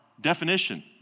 definition